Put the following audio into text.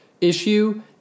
issue